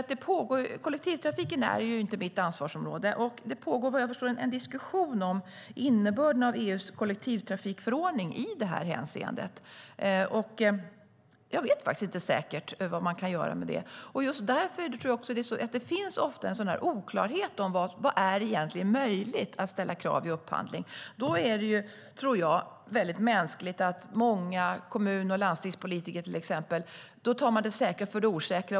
Kollektivtrafiken är inte mitt ansvarsområde. Det pågår vad jag förstår en diskussion om innebörden av EU:s kollektivtrafikförordning i det här hänseendet. Jag vet faktiskt inte säkert vad man kan göra med det. Det finns ofta en oklarhet om vilka krav som egentligen är möjliga att ställa vid upphandling. Då tror jag att det är väldigt mänskligt att till exempel många kommun och landstingspolitiker tar det säkra före det osäkra.